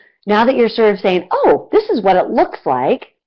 now that you're sort of saying, oh! this is what it looks like.